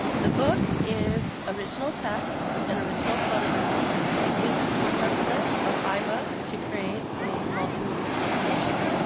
the book is original text and original photographs. it uses the template of ibooks to create a multimedia publication.